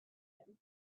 him